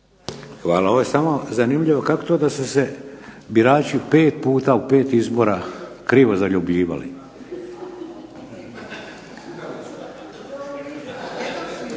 Hvala. Ovo je samo zanimljivo kako to da su se birači 5 puta u 5 izbora krivo zaljubljivali.